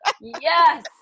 yes